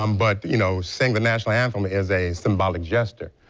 um but, you know, saying the national anthem is a symbolic gesture.